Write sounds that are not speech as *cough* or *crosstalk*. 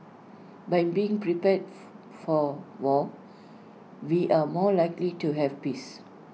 by being prepared *noise* for war we are more likely to have peace